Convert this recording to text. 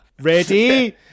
ready